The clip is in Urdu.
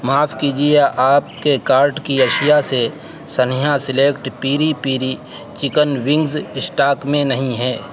معاف کیجیے آپ کے کارٹ کی اشیا سے سنیہا select peri peri chicken wings stock میں نہیں ہے